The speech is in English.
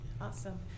Awesome